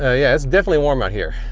ah yeah it's definitely warm out here.